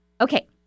Okay